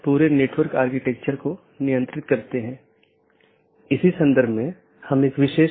यह एक बड़े आईपी नेटवर्क या पूरे इंटरनेट का छोटा हिस्सा है